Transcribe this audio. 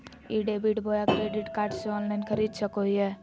ई debit बोया credit card से online खरीद सको हिए?